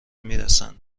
میرسند